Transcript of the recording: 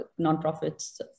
nonprofits